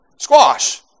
squash